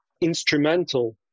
instrumental